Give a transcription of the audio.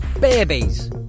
babies